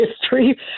history